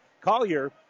Collier